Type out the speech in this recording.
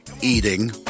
Eating